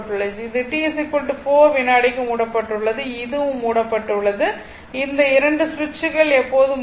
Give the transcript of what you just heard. இது t 4 வினாடிக்கு மூடப்பட்டுள்ளது இது மூடப்பட்டுள்ளது இந்த 2 சுவிட்சுகள் எப்போதும் மூடப்படும்